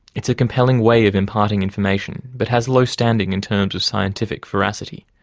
it's a compelling way of imparting information, but has low standing in terms of scientific veracity.